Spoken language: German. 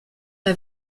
bei